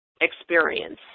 experience